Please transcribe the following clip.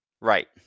right